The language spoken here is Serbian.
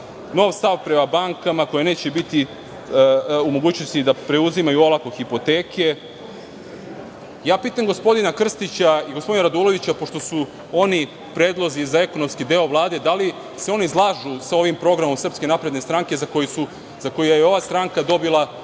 novi stav prema bankama koje neće biti u mogućnosti da preuzimaju olako hipoteke. Pitam gospodina Krstića i gospodina Radulovića, pošto su oni predloge za ekonomski deo Vlade dali, da li se oni slažu sa ovim programom SNS, za koji je ova stranka dobila